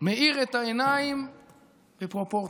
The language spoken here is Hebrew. מאיר את העיניים לפרופורציות.